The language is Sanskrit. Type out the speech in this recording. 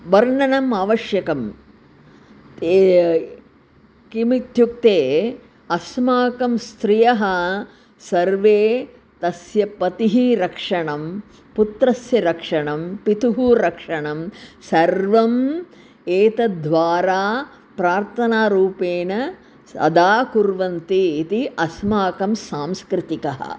वर्णनम् आवश्यकं ते किमित्युक्ते अस्माकं स्त्रियः सर्वे तस्य पतेः रक्षणं पुत्रस्य रक्षणं पितुः रक्षणं सर्वम् एतद्द्वारा प्रार्थनारूपेण सदा कुर्वन्ति इति अस्माकं सांस्कृतिकः